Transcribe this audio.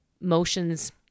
motions